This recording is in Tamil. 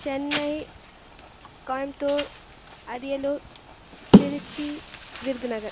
சென்னை கோயம்புத்தூர் அரியலூர் திருச்சி விருதுநகர்